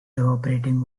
evaporating